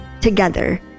together